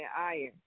iron